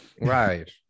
Right